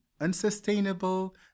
unsustainable